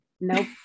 nope